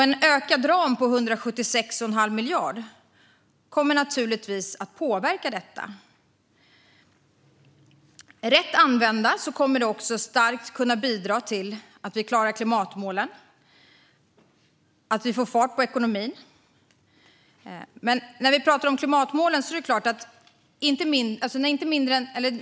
En ökad ram på 176,5 miljarder kommer naturligtvis att påverka detta. Rätt använda kommer det också att kunna bidra till att vi klarar klimatmålen och att vi får fart på ekonomin.